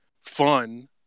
fun